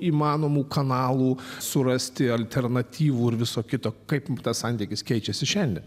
įmanomų kanalų surasti alternatyvų ir viso kito kaip tas santykis keičiasi šiandien